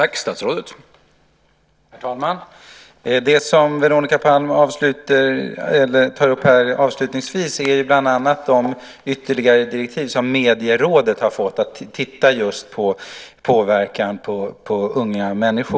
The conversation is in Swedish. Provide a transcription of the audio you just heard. Herr talman! Det som Veronica Palm tar upp avslutningsvis är bland annat de ytterligare direktiv som Medierådet har fått just om att titta på påverkan på unga människor.